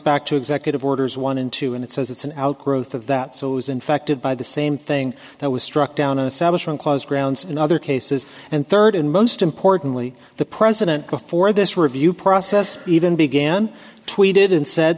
back to executive orders one in two and it says it's an outgrowth of that so it was infected by the same thing that was struck down a clause grounds in other cases and third and most importantly the president before this review process even began tweeted and said